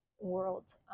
world